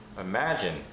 Imagine